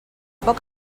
poc